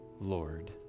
Lord